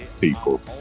people